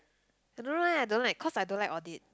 I don't know leh I don't like cause I don't like audit